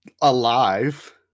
alive